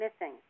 missing